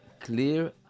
Clear